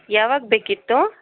ಯಾವಾಗ ಬೇಕಿತ್ತು